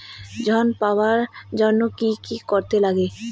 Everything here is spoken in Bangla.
ঋণ পাওয়ার জন্য কি কি করতে লাগে?